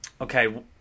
Okay